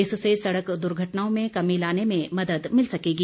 इससे सड़क दुर्घटनाओं में कमी लाने में मदद मिल सकेगी